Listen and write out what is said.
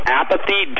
apathy